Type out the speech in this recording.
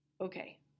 Okay